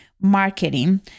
marketing